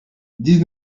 dix